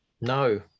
No